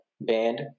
band